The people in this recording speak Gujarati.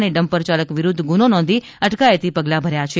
અને ડમ્પર ચાલક વિરૂધ્ધ ગુનો નોંધી અટકાયતી પગલાં ભર્યા છે